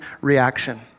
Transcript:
reaction